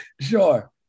Sure